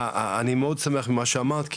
אני מאוד שמח ממה שאמרת,